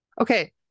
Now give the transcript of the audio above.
Okay